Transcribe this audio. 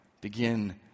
begin